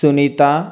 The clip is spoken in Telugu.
సునీత